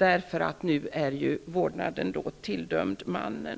eftersom vårdnaden nu är tilldömd mannen.